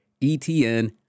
ETN